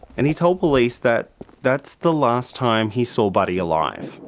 and he told police that that's the last time he saw buddy alive.